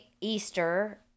Easter